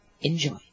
Enjoy